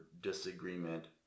disagreement